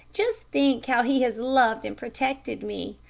just think how he has loved and protected me.